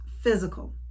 physical